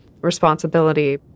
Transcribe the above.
responsibility